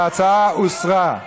ההצעה הוסרה.